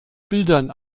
bildern